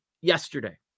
yesterday